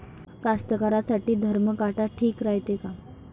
कास्तकाराइसाठी धरम काटा ठीक रायते का?